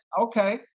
okay